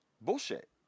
bullshit